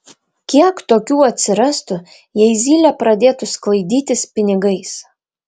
kiek tokių atsirastų jei zylė pradėtų sklaidytis pinigais